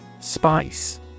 Spice